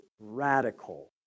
radical